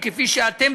כפי שאתם,